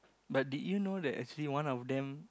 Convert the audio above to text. but did you know that actually one of them